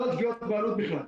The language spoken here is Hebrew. לא על תביעות בעלות בכלל.